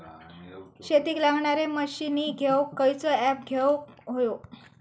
शेतीक लागणारे मशीनी घेवक खयचो ऍप घेवक होयो?